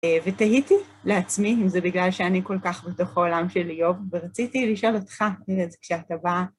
ותהיתי לעצמי, אם זה בגלל שאני כל כך בתוכו עולם של איוב, ורציתי לשאול אותך, ארז כשאתה בא